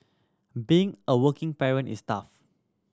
being a working parent is tough